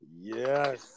Yes